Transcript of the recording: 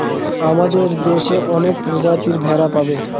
আমাদের দেশে অনেক প্রজাতির ভেড়া পাবে